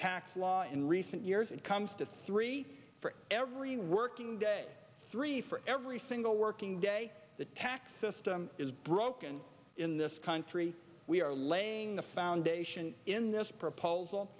tax law in recent years it comes to three for every working day three for every single working day the tax system is broken in this country we are laying the foundation in this proposal